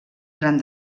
gran